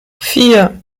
vier